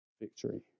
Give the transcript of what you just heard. Victory